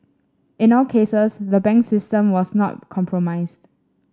in all cases the bank system was not compromised